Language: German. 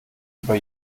über